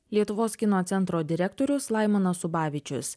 lietuvos kino centro direktorius laimonas ubavičius